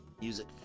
music